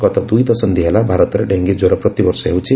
ଗତ ଦୁଇଦଶନ୍ଧି ହେଲା ଭାରତରେ ଡେଙ୍ଗୀ ଜ୍ୱର ପ୍ରତିବର୍ଷ ହେଉଛି